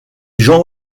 gens